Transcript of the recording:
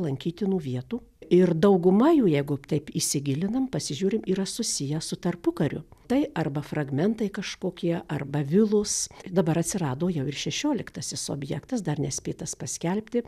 lankytinų vietų ir dauguma jų jeigu taip įsigilinam pasižiūrim yra susiję su tarpukariu tai arba fragmentai kažkokie arba vilos dabar atsirado jau ir šešioliktasis objektas dar nespėtas paskelbti